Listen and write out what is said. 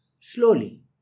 Slowly